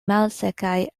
malsekaj